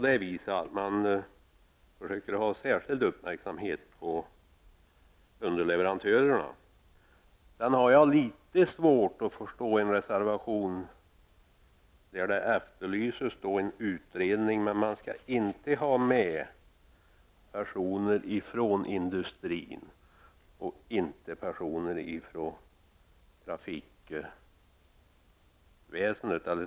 VT delegationen riktar särskild uppmärksamhet mot underleverantörerna. Jag har litet svårt att förstå den reservation som efterlyser en utredning, där industrin och trafiksektorn inte skall vara representerade.